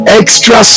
extra